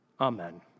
Amen